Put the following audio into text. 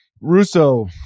Russo